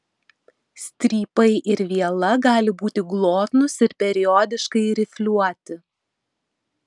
strypai ir viela gali būti glotnūs ir periodiškai rifliuoti